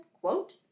quote